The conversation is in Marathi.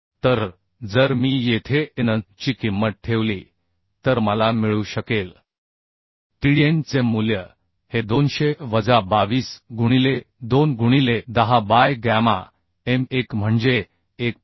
तर जर मी येथे AN ची किंमत ठेवली तर मला मिळू शकेल TDN चे मूल्य हे 200 वजा 22 गुणिले 2 गुणिले 10 बाय गॅमा M1 म्हणजे 1